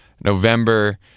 November